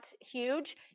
huge